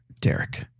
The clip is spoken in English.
Derek